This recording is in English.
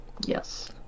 Yes